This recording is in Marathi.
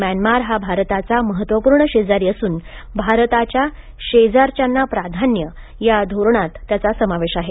म्यानमार हा भारताचा महत्वपूर्ण शेजारी असून भारताच्या शेजाऱ्यांना प्राधान्य या धोरणात त्याचा समावेश आहे